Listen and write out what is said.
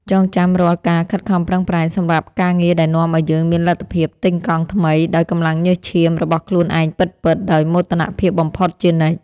ចងចាំរាល់ការខិតខំប្រឹងប្រែងសម្រាប់ការងារដែលនាំឱ្យយើងមានលទ្ធភាពទិញកង់ថ្មីដោយកម្លាំងញើសឈាមរបស់ខ្លួនឯងពិតៗដោយមោទនភាពបំផុតជានិច្ច។